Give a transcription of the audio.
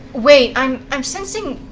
wait. i'm i'm sensing.